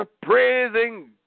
praising